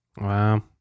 Wow